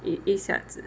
一一下子